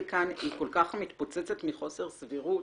כאן היא כל כך מתפוצצת מחוסר סבירות,